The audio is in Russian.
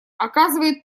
оказывает